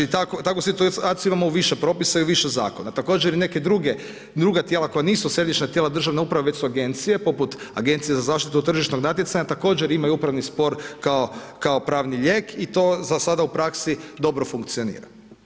Takvu situaciju imamo u više propisa i u više zakona, također i neke druga tijela koja nisu središnja tijela državne uprave već su agencije, poput Agencije za zaštitu tržišnog natjecanja također imaju upravni spor kao pravni lijek i to za sada u praksi dobro funkcionira.